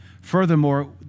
Furthermore